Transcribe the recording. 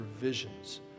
visions